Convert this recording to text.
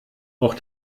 auch